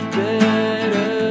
better